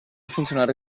funzionare